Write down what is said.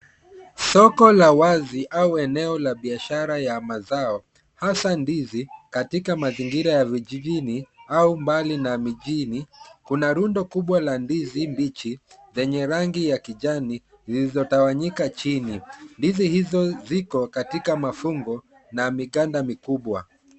Soko la wazi, au eneo la biashara ya mazao hasaa ndizi katika mazingira ya vijijini au mbali na mijini. Kuna rundo kubwa la ndizi mbichi, zenye rangi ya kijani zilizotawanyika chini. Ndizi hizo ziko katika mafungo na miganda mikubwa.